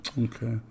okay